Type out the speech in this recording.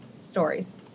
stories